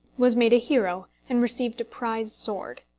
was made a hero and received a prize sword.